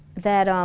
that um